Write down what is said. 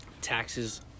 Taxes